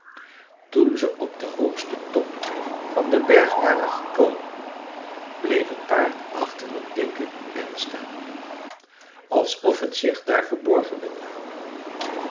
toen ze op den hoogsten top van den berg waren gekomen bleef het paard achter een dikken den staan alsof het zich daar verborgen wilde houden